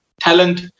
talent